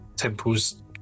temple's